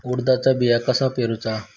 उडदाचा बिया कसा पेरूचा?